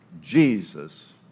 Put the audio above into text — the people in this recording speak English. Jesus